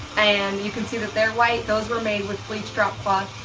and you can see that they're white. those were made with bleached drop cloth.